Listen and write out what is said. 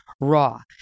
raw